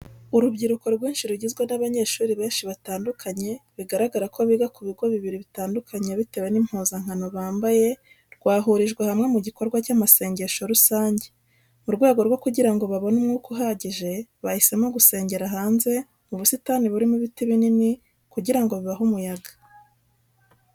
Urubyiruko rwinshi rugizwe n'abanyeshuri benshi batandukanye bigaragara ko biga ku bigo bibiri bitandukanye bitewe n'impuzankano bambaye rwahurijwe hamwe mu gikorwa cy'amasengesho rusange. Mu rwego rwo kugira ngo babone umwuka uhagije, bahisemo gusengera hanze mu busitani burimo ibiti binini kugira ngo bibahe umuyaga.